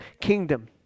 kingdom